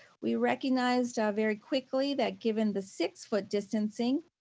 we recognized very quickly that given the six foot distancing,